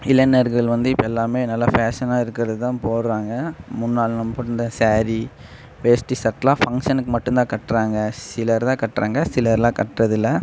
இளைஞர்கள் வந்து இப்போ எல்லாமே நல்ல ஃபேஷனாக இருக்குறதைதான் போடுறாங்க முன்னால் நம்ம போட்டு இருந்த சாரீ வேஷ்டி சட்டைலாம் ஃபங்க்ஷனுக்கு மட்டும்தான் கட்டுறாங்க சிலர் தான் கட்டுறாங்க சிலர் எல்லாம் கட்டுறதில்ல